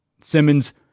Simmons